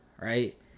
right